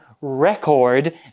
record